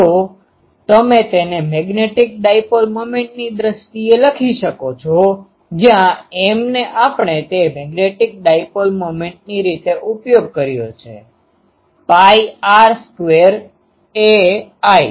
તો તમે તેને મેગ્નેટિક ડાઈપોલ મોમેન્ટની દ્રષ્ટિએ લખી શકો છો જ્યાં M નેઆપણે તે મેગ્નેટિક ડાઈપોલ મોમેન્ટ ની રીતે ઉપયોગ કર્યો છે pi r સ્ક્વેર ai